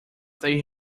they